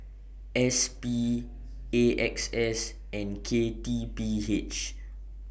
S P A X S and K T P H